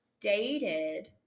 dated